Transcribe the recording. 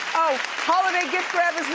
oh, hold it, gift grab